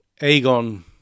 Aegon